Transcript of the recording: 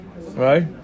Right